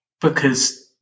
because-